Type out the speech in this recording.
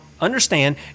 understand